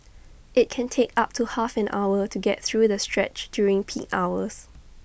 IT can take up to half an hour to get through the stretch during peak hours